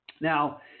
Now